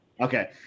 okay